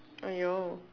!aiyo!